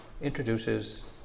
introduces